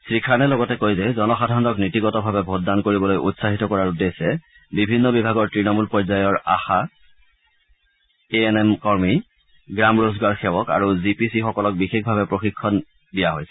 শ্ৰী খানে লগতে কয় যে জনসাধাৰণক নীতিগতভাৱে ভোটদান কৰিবলৈ উৎসাহিত কৰাৰ উদ্দেশ্যে বিভিন্ন বিভাগৰ ত়ণমূল পৰ্যায়ৰ আশা এ এন এম কৰ্মী গ্ৰাম ৰোজগাৰ সেৱক আৰু জি পি চি সকলক বিশেষভাৱে প্ৰশিক্ষণ প্ৰদান কৰা হৈছে